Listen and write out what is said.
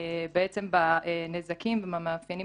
בעצם בנזקים ובמאפיינים